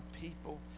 people